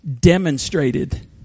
demonstrated